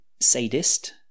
sadist